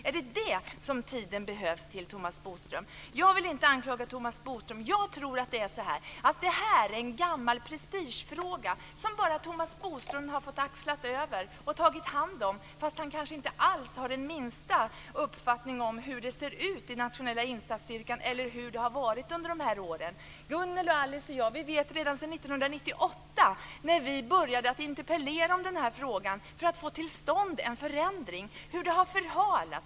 Är det detta som man behöver tid för, Thomas Bodström? Jag vill inte anklaga Thomas Bodström. Jag tror att detta är en gammal prestigefråga som Thomas Bodström har fått ta över, trots att han kanske inte har någon uppfattning om hur det ser ut i Nationella insatsstyrkan eller hur det har varit under dessa år. Gunnel, Alice och jag vet hur ärendet ända sedan 1998, när vi började interpellera om denna fråga för att få till stånd en förändring, har förhalats.